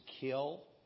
kill